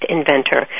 Inventor